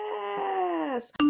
Yes